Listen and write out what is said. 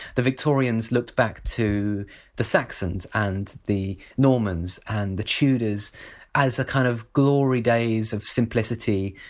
the victorians looked back to the saxons and the normans and the tudors as a kind of glory days of simplicity,